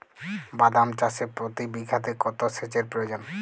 বাদাম চাষে প্রতি বিঘাতে কত সেচের প্রয়োজন?